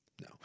no